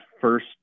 first